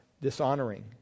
dishonoring